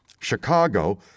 Chicago